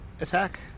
attack